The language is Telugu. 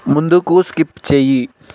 ముందుకు స్కిప్ చేయి